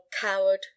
coward